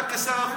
איך אתה, כשר חוץ,